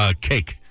cake